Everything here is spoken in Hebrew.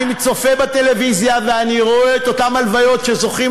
אני צופה בטלוויזיה ואני רואה את אותן הלוויות שזוכים